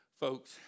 Folks